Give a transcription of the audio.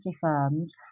firms